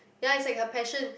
ya is like her passion